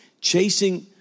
chasing